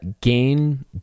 gain